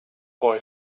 boy